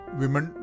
women